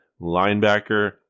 linebacker